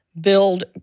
build